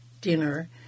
dinner